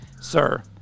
sir